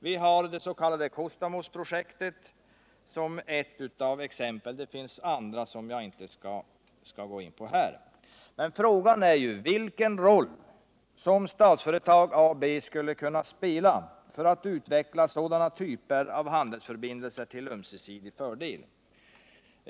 Vi har det s.k. Kustamusprojektet som ett av exemplen. Det finns andra som jag inte skall gå in på här. Men frågan är vilken roll som Statsföretag skulle kunna spela för att utveckla sådana typer av handelsförbindelser till ömsesidig fördel.